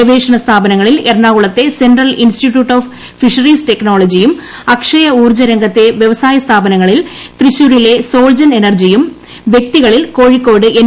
ഗവേഷണ സ്ഥാപനങ്ങളിൽ എറണാകുളത്തെ സെൻട്രൽ ഇൻസ്റ്റിറ്റ്യൂട്ട് ഓഫ് ഫിഷറീസ് ടെക്നോളജിയും അക്ഷയ ഊർജ രംഗത്തെ വ്യവസായ സ്ഥാപനങ്ങളിൽ തൃശൂരിലെ സോൾജൻ എനർജിയും വ്യക്തികളിൽ കോഴിക്കോട് എൻ